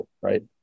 right